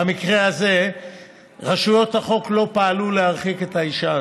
במקרה הזה רשויות החוק לא פעלו להרחיק את האישה הזאת.